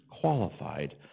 qualified